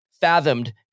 fathomed